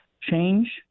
change